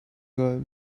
girl